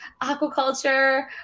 aquaculture